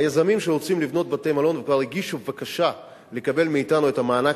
היזמים שרוצים לבנות בתי-מלון כבר הגישו בקשה לקבל מאתנו את המענק